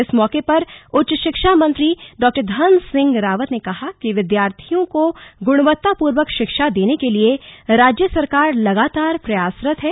इस मौके पर उच्च शिक्षा मंत्री डॉ धनसिंह रावत ने कहा कि विद्यार्थियों को गुणवत्तापूर्ण शिक्षा देने के लिए राज्य सरकार लगातार प्रयासरत है